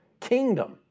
kingdom